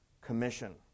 commission